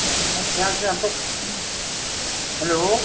हमारे ध्यान से हम तो हलो